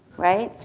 right?